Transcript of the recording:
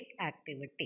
activity